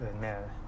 man